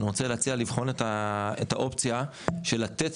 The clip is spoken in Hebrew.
אני רוצה להציע לבחון את האופציה של לתת